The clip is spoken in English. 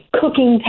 cooking